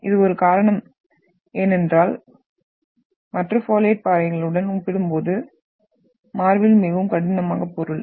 இது ஒரு காரணம் ஏனென்றால் மற்ற பாலியேடட் பாறைகளுடன் ஒப்பிடும்போது மார்பில் மிகவும் கடினமாக பொருள்